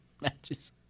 matches